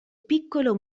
piccolo